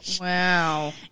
Wow